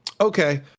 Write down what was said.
Okay